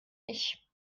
ich